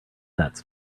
get